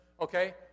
Okay